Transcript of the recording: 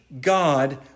God